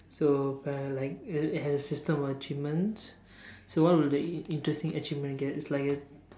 so uh like uh it it has a system of achievements so what will the i~ interesting achievement get it's like a